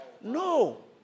No